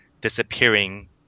disappearing